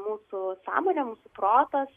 mūsų sąmonė mūsų protas